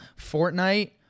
Fortnite